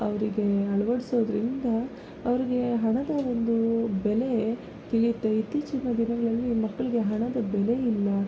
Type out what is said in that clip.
ಅವರಿಗೆ ಅಳವಡ್ಸೋದ್ರಿಂದ ಅವ್ರಿಗೆ ಹಣದ ಒಂದು ಬೆಲೆ ತಿಳಿಯುತ್ತೆ ಇತ್ತೀಚಿನ ದಿನಗಳಲ್ಲಿ ಮಕ್ಕಳಿಗೆ ಹಣದ ಬೆಲೆಯಿಲ್ಲ